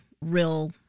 real